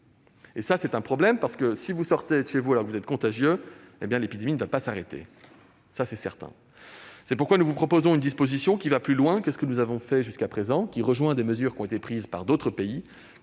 40 %. C'est un problème, parce que si vous sortez chez vous alors que vous êtes contagieux, l'épidémie ne va pas s'arrêter, c'est une certitude ! C'est pourquoi nous vous proposons une disposition qui va plus loin que ce que nous avons fait jusqu'à présent et qui se rapproche des décisions prises dans d'autres pays